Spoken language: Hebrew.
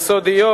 יסודיות.